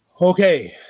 Okay